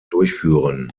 durchführen